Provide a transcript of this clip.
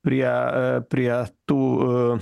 prie prie tų